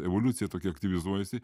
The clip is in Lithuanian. evoliucija tokia aktyvizuojasi